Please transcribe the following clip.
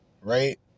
Right